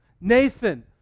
Nathan